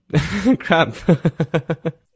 crap